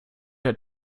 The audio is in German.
der